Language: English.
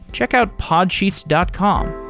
check out podsheets dot com.